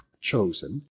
chosen